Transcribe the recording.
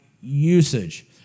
usage